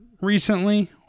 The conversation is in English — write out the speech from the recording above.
recently